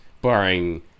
barring